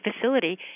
facility